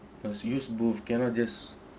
must use both cannot just